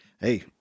Hey